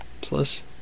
Plus